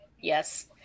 Yes